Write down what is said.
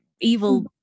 evil